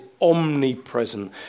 omnipresent